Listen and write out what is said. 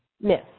miss